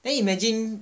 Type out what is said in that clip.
then imagine